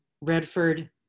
Redford